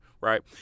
right